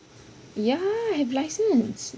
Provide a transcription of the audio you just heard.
ya I have license